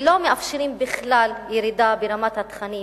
ולא מאפשרים בכלל ירידה ברמת התכנים